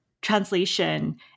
translation